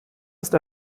ist